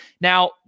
Now